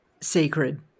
sacred